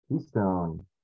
Keystone